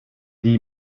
die